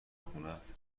خونهت